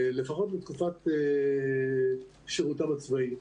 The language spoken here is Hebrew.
לפחות בתקופת שירותם הצבאי,